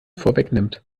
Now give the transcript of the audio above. vorwegnimmt